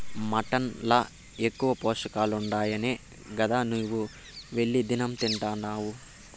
mutton ల ఎక్కువ పోషకాలుండాయనే గదా నీవు వెళ్లి దినం తింటున్డావు